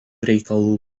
reikalų